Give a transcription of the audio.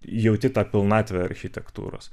jauti tą pilnatvę architektūros